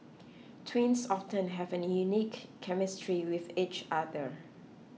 twins often have a unique chemistry with each other